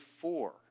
four